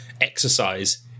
exercise